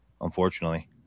unfortunately